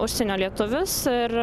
užsienio lietuvius ir